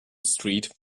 street